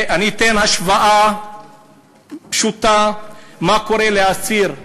אני אתן השוואה פשוטה מה קורה לעציר ערבי,